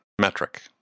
metric